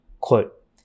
Quote